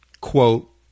quote